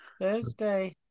Thursday